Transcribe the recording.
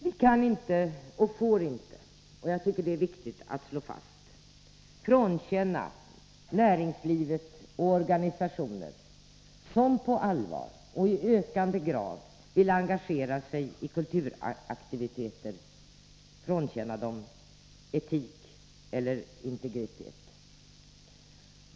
Vi kan inte och får inte — det tycker jag att det är viktigt att slå fast — frånkänna näringslivet och organisationer, som på allvar och i ökande grad 2 iekonomiska åtstramningstider vill engagera sig i kulturaktiviteter, etik eller integritet.